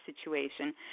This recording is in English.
situation